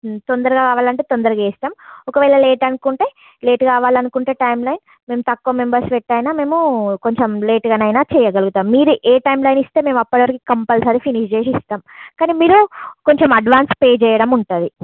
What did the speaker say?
తొందరగా అవ్వాలి అంటే తొందరగా చేస్తాం ఒకవేళ లేట్ అనుకుంటే లేటు కావలి అనుకుంటే టైం లైన్ మేము తక్కువ మెంబర్స్ పెట్టయినా మేము కొంచెం లేటుగా అయినా చెయ్యగలుగుతాం మీరు ఏ టైం లైన్ ఇస్తే మేము అప్పటి వరకు కంపల్సరీ ఫినిష్ చేసేస్తాం కానీ మీరు కొంచెం అడ్వాన్స్ పే చెయ్యటం ఉంటుంది